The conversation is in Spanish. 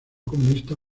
comunista